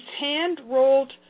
hand-rolled